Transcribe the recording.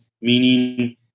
meaning